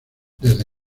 desde